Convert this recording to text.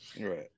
right